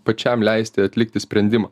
pačiam leisti atlikti sprendimą